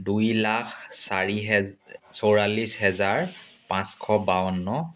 দুই লাখ চাৰি হে চৌচল্লিছ হেজাৰ পাঁচশ বাৱন্ন